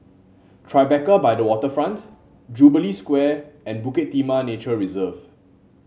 Tribeca by the Waterfront Jubilee Square and Bukit Timah Nature Reserve